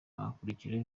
hakurikiraho